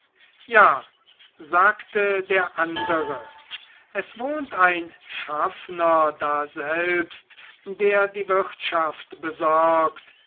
ja sagte der andere es wohnt ein schaffner daselbst der die wirtschaft besorgt